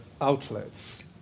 outlets